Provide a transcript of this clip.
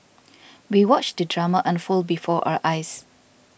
we watched the drama unfold before our eyes